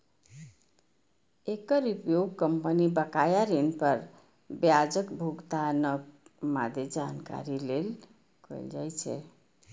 एकर उपयोग कंपनी बकाया ऋण पर ब्याजक भुगतानक मादे जानकारी लेल कैल जाइ छै